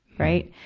right.